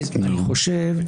אני חושב,